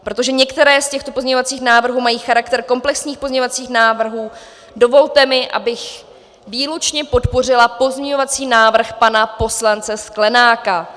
Protože některé z těchto pozměňovacích návrhů mají charakter komplexních pozměňovacích návrhů, dovolte mi, abych výlučně podpořila pozměňovací návrh pana poslance Sklenáka.